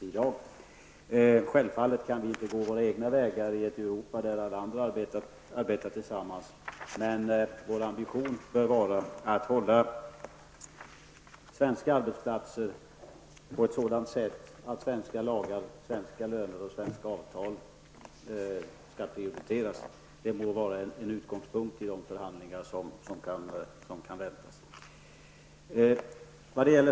Vi kan självfallet inte gå våra egna vägar i ett Europa där alla andra arbetar tillsammans, men vår ambition bör våra att hålla svenska arbetsplatser på ett sådant sätt att svenska lagar, svenska löner och svenska avtal skall prioriteras. Det borde vara en utgångspunkt i de förhandlingar som kan väntas.